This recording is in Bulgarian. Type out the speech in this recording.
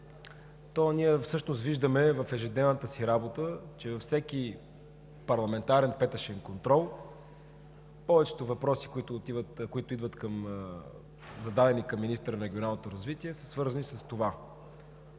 то ние всъщност виждаме в ежедневната си работа, че във всеки парламентарен петъчен контрол повечето въпроси, които са зададени към министъра на регионалното развитие, са свързани с това.